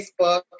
Facebook